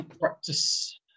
Practice